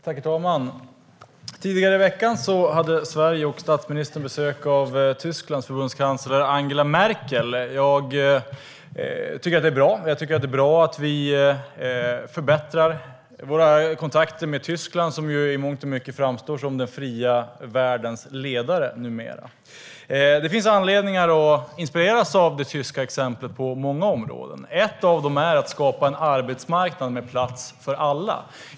Herr talman! Tidigare i veckan hade Sverige och statsministern besök av Tysklands förbundskansler Angela Merkel. Jag tycker att det är bra. Jag tycker att det är bra att vi förbättrar våra kontakter med Tyskland, som ju i mångt och mycket framstår som den fria världens ledare numera. Det finns anledningar att inspireras av det tyska exemplet på många områden. Ett av dem är att skapa en arbetsmarknad med plats för alla.